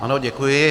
Ano, děkuji.